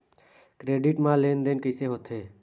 Credit मा लेन देन कइसे होथे?